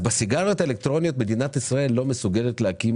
בסיגריות האלקטרוניות מדינת ישראל לא מסוגלת להקים